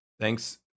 Thanks